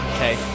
Okay